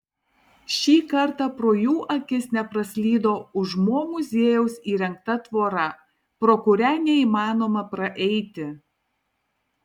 šį kartą pro jų akis nepraslydo už mo muziejaus įrengta tvora pro kurią neįmanoma praeiti